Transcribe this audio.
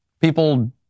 people